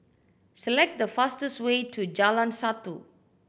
select the fastest way to Jalan Satu